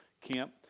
Camp